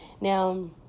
Now